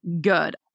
good